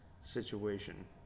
situation